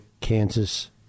Kansas